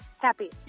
Happy